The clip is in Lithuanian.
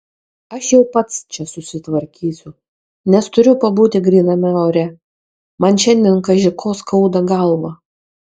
aš jau pats čia susitvarkysiu nes turiu pabūti gryname ore man šiandien kaži ko skauda galvą